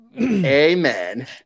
amen